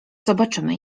zobaczymy